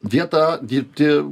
vieta dirbti